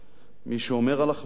מי שאומר על החלטה: